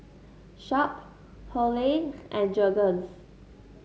Sharp Hurley and Jergens